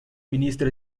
ministra